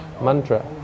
mantra